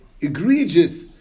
egregious